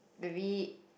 very